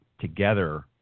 together